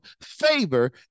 favor